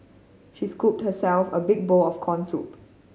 she scooped herself a big bowl of corn soup